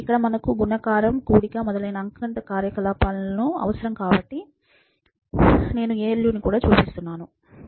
ఇక్కడ మనకు గుణకారం కూడిక మొదలైన అంకగణిత కార్యకలాపాలు అవసరం కాబట్టి నేను ALUని కూడా చూపిస్తున్నాను